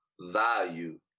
value